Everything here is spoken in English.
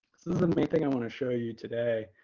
the main thing i want to show you today.